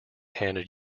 handed